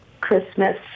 christmas